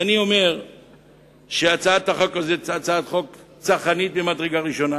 אני אומר שהצעת החוק הזאת היא הצעת חוק צרכנית ממדרגה ראשונה.